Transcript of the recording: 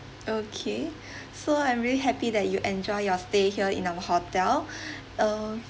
okay so I'm really happy that you enjoy your stay here in our hotel err